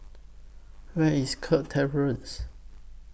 Where IS Kirk Terrace